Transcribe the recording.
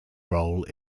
role